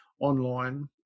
online